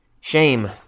shame